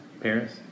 Paris